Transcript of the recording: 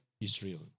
Israel